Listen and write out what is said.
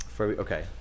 Okay